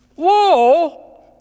Whoa